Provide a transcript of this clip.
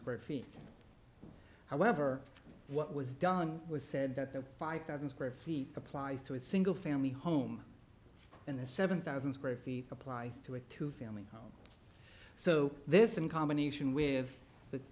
square feet however what was done was said that the five thousand square feet applies to a single family home and the seven thousand square feet applies to it to feel me so this in combination with